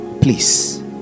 please